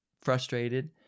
frustrated